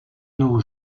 nos